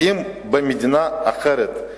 אם במדינה אחרת,